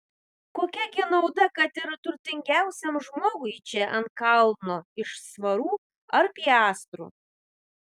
kokia gi nauda kad ir turtingiausiam žmogui čia ant kalno iš svarų ar piastrų